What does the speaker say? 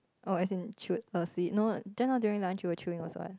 oh as in chew a seed no no just now during lunch you were chewing also what